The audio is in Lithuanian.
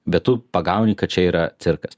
bet tu pagauni kad čia yra cirkas